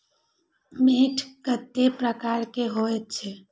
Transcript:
मैंट कतेक प्रकार के होयत छै?